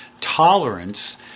tolerance